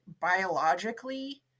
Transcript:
biologically